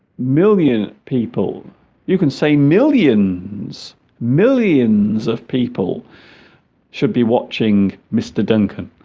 million people you can say millions millions of people should be watching mr. duncan